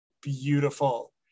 beautiful